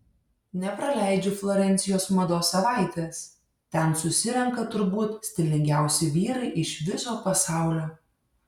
nepraleidžiu florencijos mados savaitės ten susirenka turbūt stilingiausi vyrai iš viso pasaulio